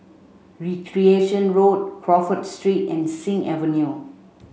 Recreation Road Crawford Street and Sing Avenue